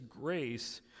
grace